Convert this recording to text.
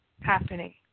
happening